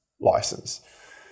license